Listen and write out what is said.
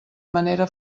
manera